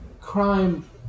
crime